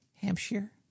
Hampshire